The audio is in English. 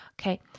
okay